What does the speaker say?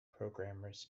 programmers